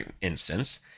instance